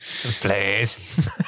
Please